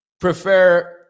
prefer